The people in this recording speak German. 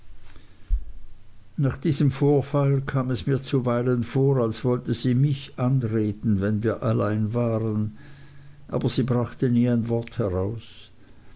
nach diesem vorfall kam es mir zuweilen vor als wollte sie mich anreden wenn wir allein waren aber sie brachte nie ein wort heraus